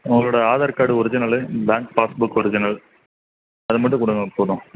உங்களோட Aadhaar card original bank passbook original அது மட்டும் கொடுங்க போதும்